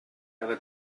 cada